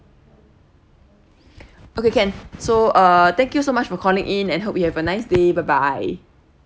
okay can so uh thank you so much for calling in and hope you have a nice day bye bye